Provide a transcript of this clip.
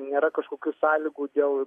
nėra kažkokių sąlygų dėl